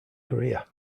korea